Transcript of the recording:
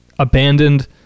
abandoned